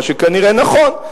מה שכנראה נכון.